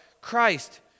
Christ